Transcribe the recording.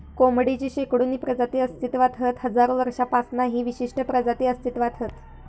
कोंबडेची शेकडोनी प्रजाती अस्तित्त्वात हत हजारो वर्षांपासना ही विशिष्ट प्रजाती अस्तित्त्वात हत